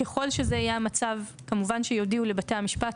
ככל שזה יהיה המצב, כמובן שיודיעו לבתי המשפט.